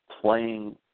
playing